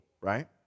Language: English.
Right